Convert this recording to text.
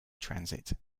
transit